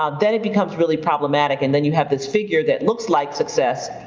um then it becomes really problematic. and then you have this figure that looks like success,